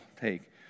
take